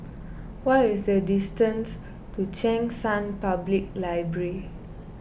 what is the distance to Cheng San Public Library